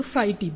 B